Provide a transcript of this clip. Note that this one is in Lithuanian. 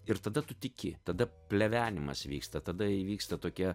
ir tada tu tiki tada plevenimas vyksta tada įvyksta tokie